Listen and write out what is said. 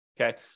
okay